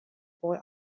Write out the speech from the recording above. boy